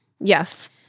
Yes